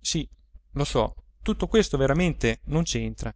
sì lo so tutto questo veramente non c'entra